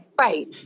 Right